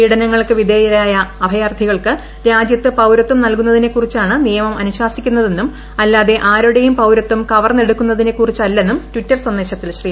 പീഢനങ്ങൾക്കു വിധേയരായ അഭയാർത്ഥികൾക്ക് രാജ്യത്ത് നൽകുന്നതിനെകുറിച്ചാണ് പൌരത്വം നിയമം അനുശാസിക്കുന്നതെന്നും അല്ലാതെ ആരുടേയും പൌരത്വം കവർന്നെടുക്കുന്നതിനെക്കുറിച്ചല്ലെന്നും ടിറ്റർ സന്ദേശത്തിൽ ശ്രീ